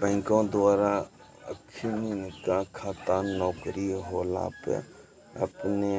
बैंको द्वारा अखिनका खाता नौकरी होला पे अपने